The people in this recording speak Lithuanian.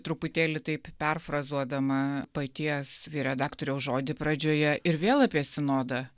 truputėlį taip perfrazuodama paties redaktoriaus žodį pradžioje ir vėl apie sinodą